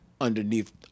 underneath